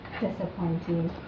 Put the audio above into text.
disappointing